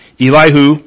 Elihu